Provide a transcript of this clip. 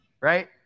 right